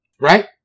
right